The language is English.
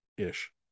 Ish